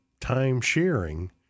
time-sharing